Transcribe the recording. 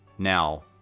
Now